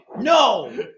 no